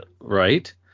right